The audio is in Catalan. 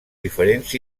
diferents